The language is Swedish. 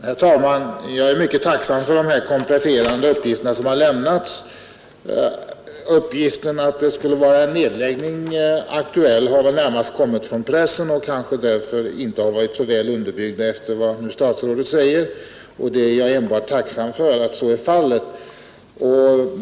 Herr talman! Jag är mycket tacksam för de kompletterande uppgifter som lämnats. Uppgiften att en nedläggning skulle vara aktuell har närmast kommit från pressen och är därför, enligt vad statsrådet nu säger, kanske inte så välgrundad. Jag är enbart tacksam för detta förhållande.